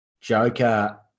Joker